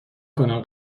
کنم